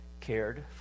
cared